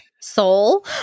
soul